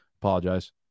Apologize